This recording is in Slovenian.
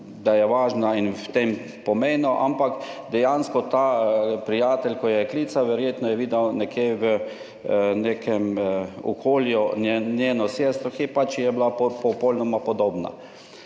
da je važna in v tem pomenu, ampak dejansko ta prijatelj, ki je klical, je verjetno videl nekje v nekem okolju njeno sestro, ki ji je bila popolnoma podobna.